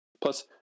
Plus